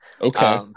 Okay